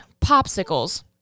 popsicles